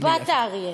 בת האריה.